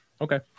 Okay